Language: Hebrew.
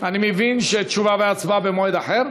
אני מבין שתשובה והצבעה במועד אחר?